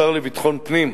השר לביטחון פנים,